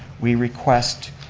we request